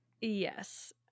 Yes